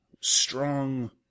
strong